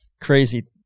crazy